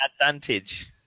advantage